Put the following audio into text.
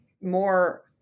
more